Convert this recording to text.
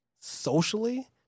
socially